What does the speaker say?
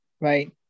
Right